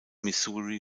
missouri